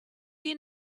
you